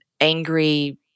angry